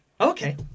Okay